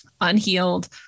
unhealed